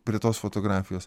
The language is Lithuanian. prie tos fotografijos